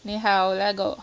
你好 leggo